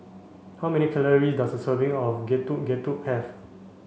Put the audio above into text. how many calories does a serving of Getuk Getuk have